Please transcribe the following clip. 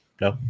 No